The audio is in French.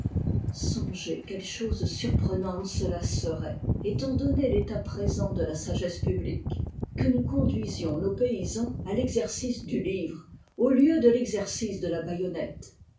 songez quelle chose surprenante cela serait étant donné l'état présent de la sagesse publique que nous conduisions nos paysans à l'exercice du livre au lieu de l'exercice de la baïonnette